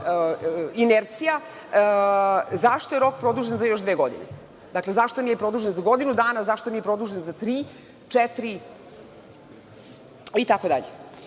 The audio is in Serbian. inercija, zašto je rok produžen za još dve godine? Dakle, zašto nije produžen za godinu dana? Zašto nije produžen za tri, četiri, itd? Finansiranje